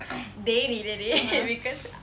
(uh huh)